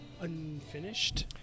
unfinished